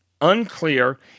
unclear